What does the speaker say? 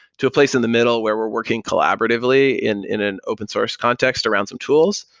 to a place in the middle where we're working collaboratively in in an open-source context around some tools,